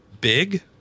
Big